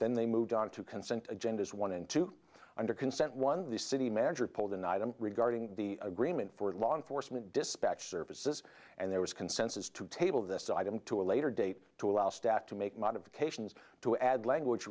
then they moved on to consent agendas one and two under consent one the city manager pulled an item regarding the agreement for law enforcement dispatch services and there was consensus to table this item to a later date to allow staff to make modifications to add language